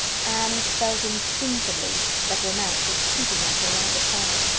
anne felt instinctively that romance was peeping at her around a corner.